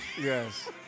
Yes